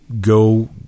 go –